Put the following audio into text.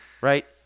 right